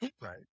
Right